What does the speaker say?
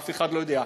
אף אחד לא יודע.